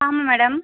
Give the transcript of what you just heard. ஆமாம் மேடம்